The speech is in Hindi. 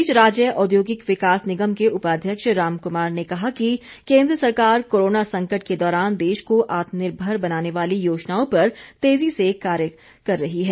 इस बीच राज्य औद्योगिक विकास निगम के उपाध्यक्ष राम कुमार ने कहा है कि केन्द्र सरकार कोरोना संकट के दौरान देश को आत्मनिर्भर बनाने वाली योजनाओं पर तेजी से काम कर रही है